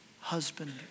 husband